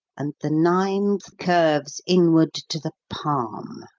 and the ninth curves inward to the palm!